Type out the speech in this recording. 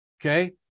Okay